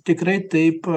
tikrai taip